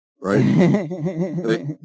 Right